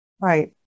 Right